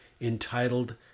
entitled